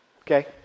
Okay